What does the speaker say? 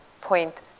point